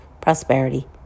prosperity